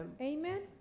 Amen